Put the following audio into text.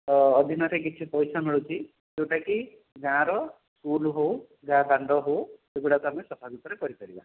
ଅଧୀନରେ କିଛି ପଇସା ମିଳୁଛି ଯେଉଁଟାକି ଗାଁର ସ୍କୁଲ୍ ହେଉ ଗାଁ ଦାଣ୍ଡ ହେଉ ସେଗୁଡ଼ାକ ଆମେ ସଫା ସୁତୁରା କରି ପାରିବା